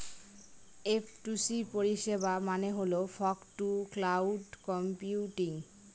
F two C পরিষেবা মানে হল ফগ টু ক্লাউড কম্পিউটিং